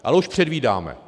A už předvídáme.